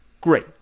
Great